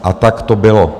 A tak to bylo.